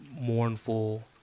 mournful